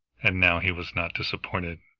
and now he was not disappointed.